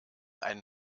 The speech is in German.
ein